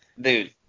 Dude